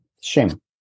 Shame